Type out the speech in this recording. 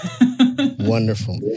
Wonderful